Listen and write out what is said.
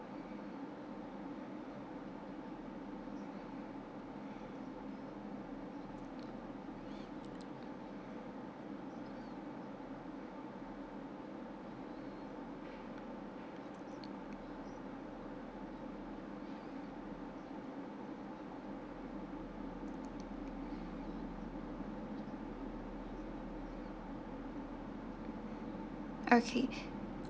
okay